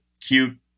cute